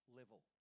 level